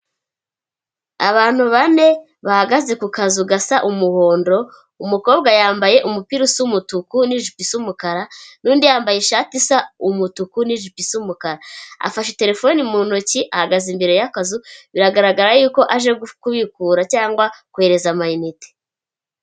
abantu bane bahagaze ku kazu gasa umuhondo umukobwa yambaye umupira wumutuku n'jipo yumukara nundi yambaye ishati isa umutuku n'ijipo yumukara afashe terefone mu ntoki ahagaze imbere y'akazu biragaragara yuko aje kubikura cyangwa kohereza amainite.